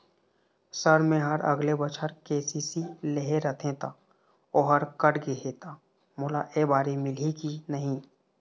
Sir मेहर अगले बछर के.सी.सी लेहे रहें ता ओहर कट गे हे ता मोला एबारी मिलही की नहीं?